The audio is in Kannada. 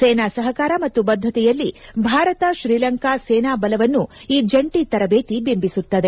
ಸೇನಾ ಸಹಕಾರ ಮತ್ತು ಬದ್ದತೆಯಲ್ಲಿ ಭಾರತ ಶ್ರೀಲಂಕಾ ಸೇನಾ ಬಲವನ್ನೂ ಈ ಜಂಟಿ ತರಬೇತಿ ಬಿಂಬಿಸುತ್ತದೆ